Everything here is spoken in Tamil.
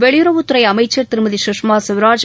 வெளியுறவுத்துறை அமைச்சர் திருமதி சுஷ்மா ஸ்வராஜ்